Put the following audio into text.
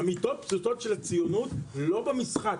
אמיתות הפשוטות של הציונות ולא במשחק,